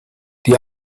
die